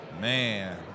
Man